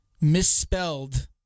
misspelled